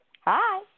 Hi